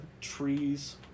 trees